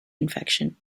infection